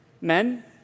Men